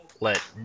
let